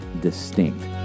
distinct